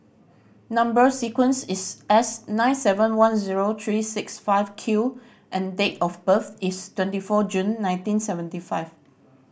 number sequence is S nine seven one zero three six five Q and date of birth is twenty four June nineteen seventy five